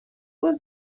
was